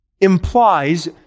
implies